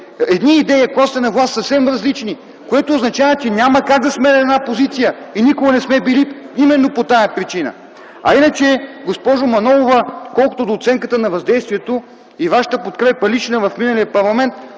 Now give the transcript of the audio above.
едни идеи, а когато сте на власт – съвсем различни, което означава, че няма как да сме на една позиция, и никога не сме били именно по тази причина. А иначе, госпожо Манолова, колкото до оценката на въздействието и Вашата лична подкрепа в миналия парламент